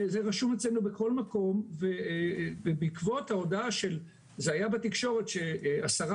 זה רשום אצלינו בכל מקום ובעקבות ההודעה שהייתה בתקשורת של השרה,